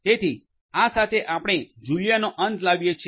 તેથી આ સાથે આપણે જુલિયાનો અંત લાવીએ છીએ